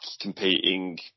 competing